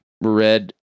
Red